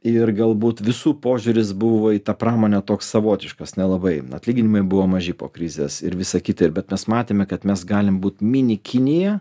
ir galbūt visų požiūris buvo į tą pramonę toks savotiškas nelabai atlyginimai buvo maži po krizės ir visa kita ir bet mes matėme kad mes galim būt mini kinija